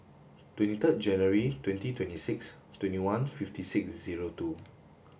twenty third January twenty twenty six twenty one fifty six zero two